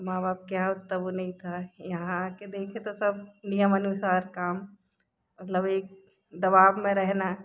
माँ बाप क्या तब वह नहीं था यहाँ कर देखे तो सब नियमानुसार काम मतलब एक दबाव में रहना